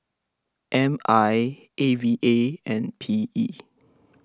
M I A V A and P E